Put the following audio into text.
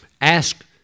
ask